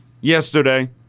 yesterday